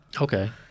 Okay